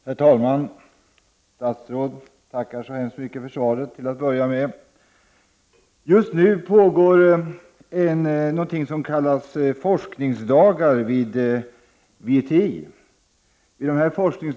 Herr talman! Fru statsråd! Till att börja med tackar jag så hemskt mycket för svaret. Just nu pågår vid VTI något som kallas forskningsdagar.